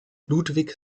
ludwig